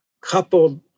coupled